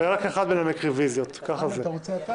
אבל יש כמה רביזיות.